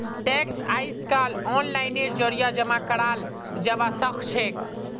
tax अइजकाल ओनलाइनेर जरिए जमा कराल जबा सखछेक